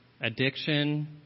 addiction